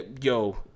yo